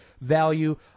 value